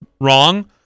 wrong